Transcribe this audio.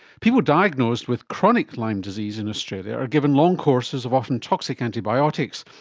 people diagnosed with chronic lyme disease in australia are given long courses of often toxic antibiotics,